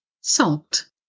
Salt